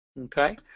Okay